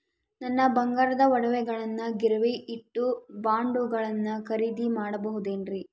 ನನ್ನ ಬಂಗಾರದ ಒಡವೆಗಳನ್ನ ಗಿರಿವಿಗೆ ಇಟ್ಟು ಬಾಂಡುಗಳನ್ನ ಖರೇದಿ ಮಾಡಬಹುದೇನ್ರಿ?